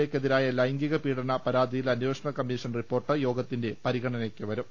A ക്കെതിരായ ലൈംഗിക പീഡന പരാതിയിലെ അന്വേഷണ കമ്മീഷൻ റിപ്പോർട്ട് യോഗത്തിന്റെ പരിഗണനയ്ക്ക് വന്നേക്കും